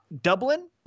Dublin